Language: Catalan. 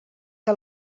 que